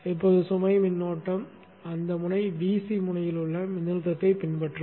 இப்போது சுமை மின்னோட்டம் அந்த முனை Vc முனையில் உள்ள மின்னழுத்தத்தைப் பின்பற்றும்